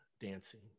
dancing